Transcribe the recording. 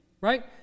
right